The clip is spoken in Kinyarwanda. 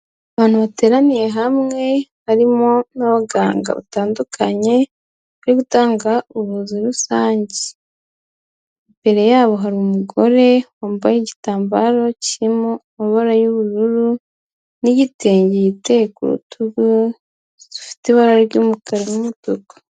Abantu bateraniye hamwe harimo n'abaganga batandukanye, bari gutanga ubuvuzi rusange, imbere yabo hari umugore wambaye igitambaro kirimo amabara y'ubururu n'igitenge yiteye ku rutugu, gifite ibara ry'umukara n'umutuku.